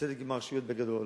הצדק עם הרשויות, בגדול,